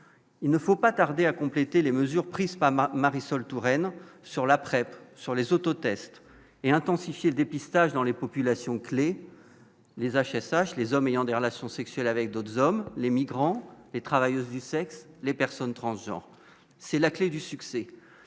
il ne faut pas tarder à compléter les mesures prises pas mal Marisol Touraine sur la presse sur les auto-tests et intensifier le dépistage dans les populations clés les HSH les hommes ayant des relations sexuelles avec d'autres sommes les migrants, les travailleuses du sexe, les personnes transgenres, c'est la clé du succès,